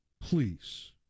Please